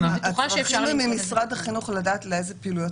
רצינו לדעת ממשרד החינוך לאיזה פעילויות